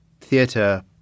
theatre